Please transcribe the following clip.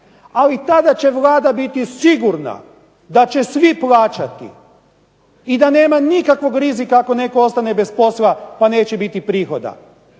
Ali tada će Vlada biti sigurna da će svi plaćati i da nema nikakvog rizika da će netko ostati bez posla, pa neće biti prihoda